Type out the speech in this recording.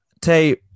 Tay